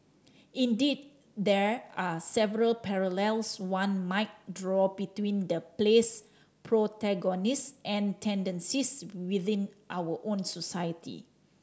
indeed there are several parallels one might draw between the play's protagonist and tendencies within our own society